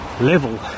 level